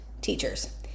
teachers